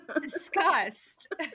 disgust